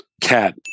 Cat